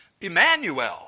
Emmanuel